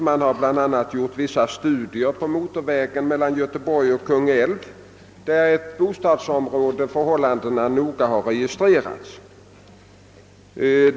Man har bl.a. företagit vissa studier av bullret på motorvägen mellan Göteborg och Kungälv, varvid förhållandena i ett bostadsområde noga har registrerats.